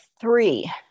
three